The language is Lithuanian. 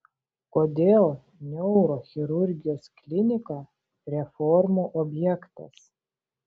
kodėl neurochirurgijos klinika reformų objektas